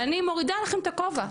אני מורידה לפניכם את הכובע,